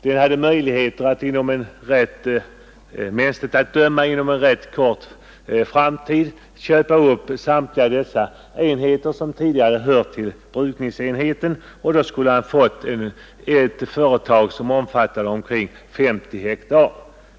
Han hade mänskligt att döma möjlighet att inom en ganska kort tid köpa upp samtliga de enheter som tidigare hade hört till samma brukningsenhet och skulle då ha fått ett företag som omfattade omkring 50 hektar.